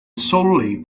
solely